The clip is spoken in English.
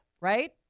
right